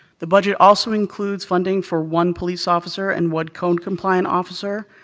the budget also includes funding for one police officer and one code compliance officer.